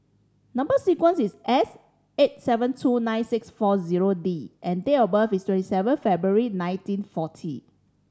number sequence is S eight seven two nine six four zero D and date of birth is twenty seven February nineteen forty